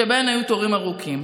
שבהן היו תורים ארוכים.